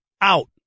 out